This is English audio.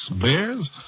bears